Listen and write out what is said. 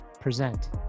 present